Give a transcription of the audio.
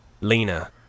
Lena